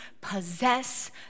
possess